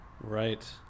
Right